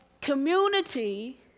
community